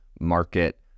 market